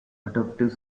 adoptive